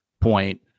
point